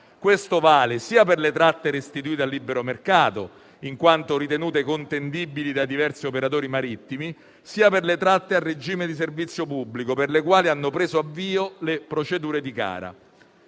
Questo vale sia per le tratte restituite al libero mercato, in quanto ritenute contendibili da diversi operatori marittimi, sia per quelle a regime di servizio pubblico, per le quali hanno preso avvio le procedure di gara.